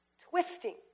twisting